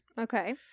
Okay